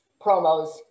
promos